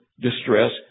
distress